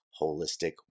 Holistic